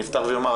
אני אפתח ואומר,